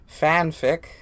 fanfic